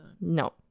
No